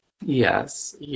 Yes